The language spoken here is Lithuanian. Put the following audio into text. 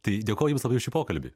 tai dėkoju jums labai už šį pokalbį